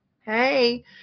hey